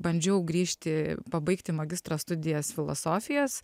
bandžiau grįžti pabaigti magistro studijas filosofijos